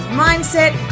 mindset